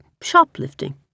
shoplifting